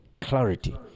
clarity